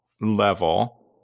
level